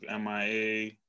MIA